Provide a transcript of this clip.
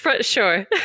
Sure